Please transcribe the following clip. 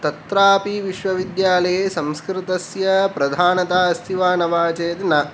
तत्रापि विश्वविद्यालये संस्कृतस्य प्रधानता अस्ति वा न वा चेत् न